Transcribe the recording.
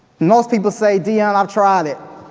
most people say, deon, i've tried it